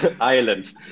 island